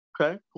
Okay